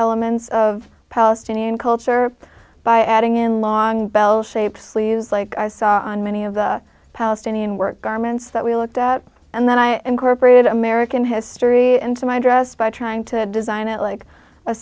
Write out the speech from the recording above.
elements of palestinian culture by adding in long bell shaped sleeves like i saw on many of the palestinian work garments that we looked at and then i and corporate american history and so my dress by trying to design it like a